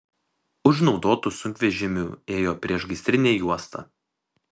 už naudotų sunkvežimių ėjo priešgaisrinė juosta